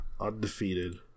Undefeated